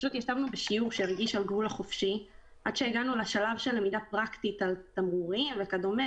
ישבנו בשיעור ועד שהגענו לשלב של למידה פרקטית של תמרורים וכדומה,